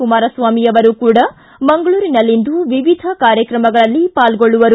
ಕುಮಾರಸ್ವಾಮಿ ಕೂಡಾ ಮಂಗಳೂರಿನಲ್ಲಿಂದು ವಿವಿಧ ಕಾರ್ಯಕ್ರಮಗಳಲ್ಲಿ ಪಾಲ್ಗೊಳ್ಳುವರು